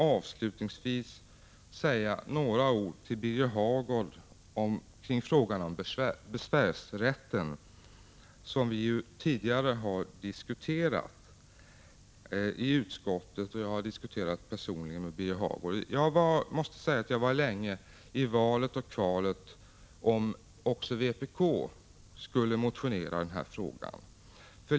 Avslutningsvis vill jag säga några ord till Birger Hagård angående besvärsrätten, som vi tidigare har diskuterat i utskottet. Jag har också diskuterat detta personligen med Birger Hagård. Jag var länge i valet och kvalet om även vpk skulle motionera i denna fråga.